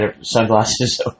sunglasses